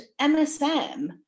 MSM